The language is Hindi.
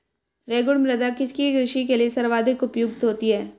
रेगुड़ मृदा किसकी कृषि के लिए सर्वाधिक उपयुक्त होती है?